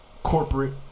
Corporate